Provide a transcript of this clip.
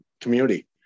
community